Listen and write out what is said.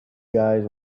guys